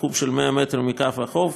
תחום של 100 מטר מקו החוף,